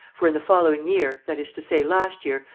for in the following year, that is to say last year,